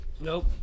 Nope